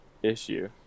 Issue